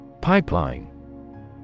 Pipeline